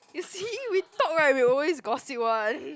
you see we talk right we always gossip one